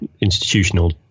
institutional